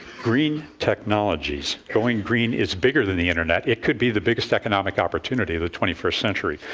green technologies going green is bigger than the internet. it could be the biggest economic opportunity of the twenty first century.